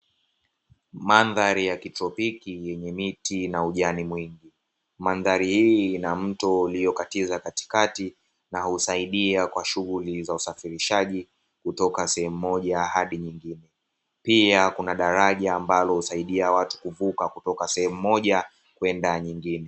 Mandhari ya kitropiki yenye miti na ujani mwingi, mandhari hii ina mto uliokatiza katikati na husaidia kwa shughuli za usafirishaji kutoka sehemu moja hadi nyingine, pia kuna daraja ambalo husaidia watu kuvuka kutoka sehemu moja kwenda nyingine.